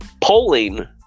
polling